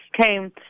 came